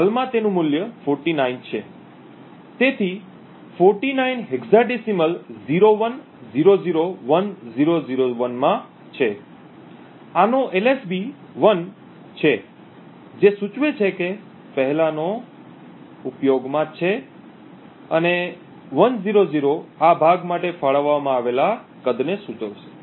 હાલમાં તેનું મૂલ્ય 49 છે તેથી 49 હેક્સાડેસિમલ 01001001 માં છે આનો LSB 1 છે જે સૂચવે છે કે પહેલાનો ઉપયોગમાં છે અને 100 આ ભાગ માટે ફાળવવામાં આવેલા કદને સૂચવશે